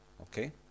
okay